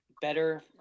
better